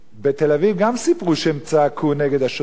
בתל-אביב גם סיפרו שהם צעקו נגד השוטרים,